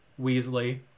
Weasley